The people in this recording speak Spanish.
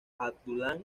abdullah